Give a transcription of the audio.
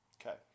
Okay